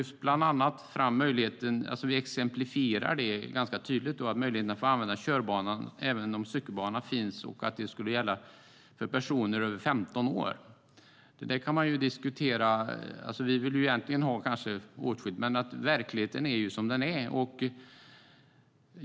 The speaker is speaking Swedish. Vi exemplifierar det ganska tydligt med möjligheten för personer över 15 år att använda körbanan även om cykelbana finns. Detta kan man diskutera. Vi vill egentligen ha det åtskilt, men verkligheten är ju som den är.